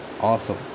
awesome